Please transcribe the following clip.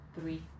three